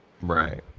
Right